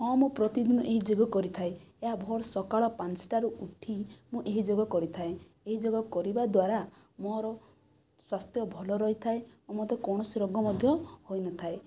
ହଁ ମୁଁ ପ୍ରତିଦିନ ମୁଁ ଏହି ଯୋଗ କରିଥାଏ ଏହା ଭୋର ସକାଳ ପାଞ୍ଚଟାରୁ ଉଠି ମୁଁ ଏହି ଯୋଗ କରିଥାଏ ଏହି ଯୋଗ କରିବା ଦ୍ୱାରା ମୋର ସ୍ୱାସ୍ଥ୍ୟ ଭଲ ରହିଥାଏ ଓ ମୋତେ କୌଣସି ରୋଗ ମଧ୍ୟ ହୋଇନଥାଏ